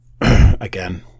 again